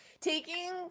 taking